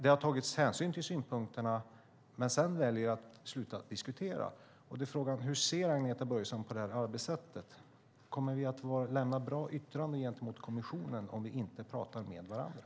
Det har tagits hänsyn till synpunkterna, men sedan väljer man att sluta diskutera. Då är frågan: Hur ser Agneta Börjesson på det arbetssättet? Kommer vi att lämna bra yttranden gentemot kommissionen om vi inte pratar med varandra?